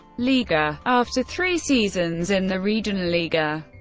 liga, after three seasons in the regionalliga.